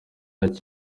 yacyo